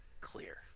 clear